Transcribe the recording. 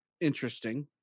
Interesting